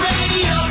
Radio